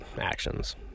actions